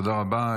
תודה רבה.